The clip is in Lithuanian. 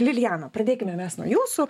liliana pradėkime mes nuo jūsų